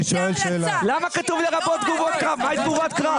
מהי תגובת קרב?